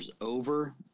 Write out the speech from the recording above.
over